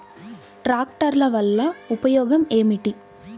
ట్రాక్టర్ల వల్ల ఉపయోగం ఏమిటీ?